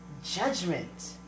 Judgment